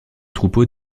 troupeau